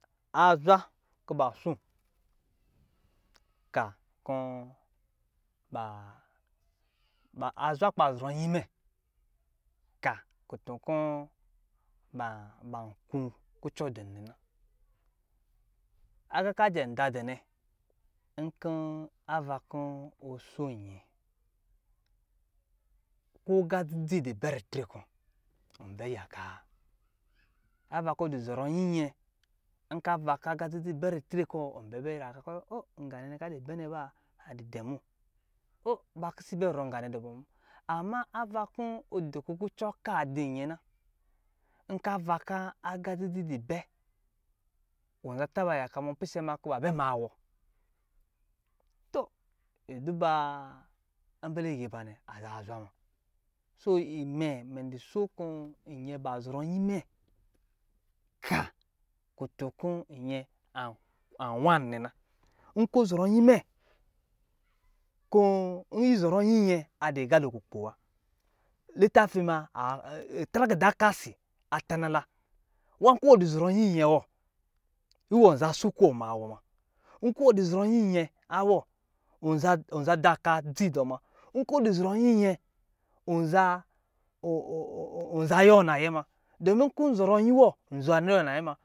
Azwakɔ ba zɔrɔ nyi mɛ ka kɔ ba kukucɔ dumɛ nɛ nkɔ ava kɔ ɔso nyɛ ko aga dzi dzi du bɛ ritre kɔ ɔna yaka wa ava kɔ ɔ duzɔrɔ nyi nyɛ ava kɔ aga dzi dzi bɛ ritre kɔ ɔbɛ bɛ ta kɔ o nganɛnɛ ka du bɛ nɛ ba adu dɛ mu ba kisi bɛ zɔrɔ nga nɛ dɛbɔ mu ama cva kɔ ɔdu kukucɔ kedu nyɛ na nka ava kɔ aqa dzi dzi dubɛ wɔ taba yaka ma wɔ tɔ yi duba nbɛ lɛ ya iba nɛ aza zwa muna so imɛ duso kɔ ba zɔrɔ nyi mɛ ka kutu nkɔ awa na na nkɔ zɔrɔ nyi mɛ kɔ izɔrɔ nyi nyɛ adɔ aga lo kukpo wa tara gada kasi atana la wa lwɔ du zɔrɔ nyɛ nyɛ wɔ iwɔ zan so kɔ ba ma wɔ ma nkɔ duzɔrɔ nyi nyɛ wɔ ɔnza daka dzi dɔɔ ma ɔnkɔ ɔzɔrɔ nyi nyɛ ɔnza yɔ na yɛ ma